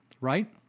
right